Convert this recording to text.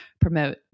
promote